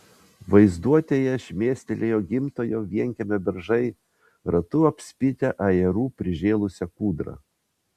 vaizduotėje šmėstelėjo gimtojo vienkiemio beržai ratu apspitę ajerų prižėlusią kūdrą